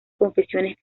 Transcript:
confesiones